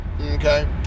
Okay